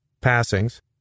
Passings